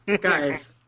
Guys